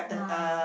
ah